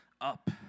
up